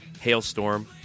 Hailstorm